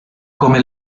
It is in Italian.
come